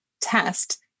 test